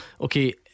Okay